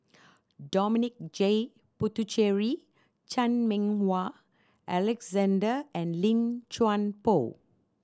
Dominic J Puthucheary Chan Meng Wah Alexander and Lim Chuan Poh